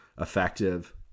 effective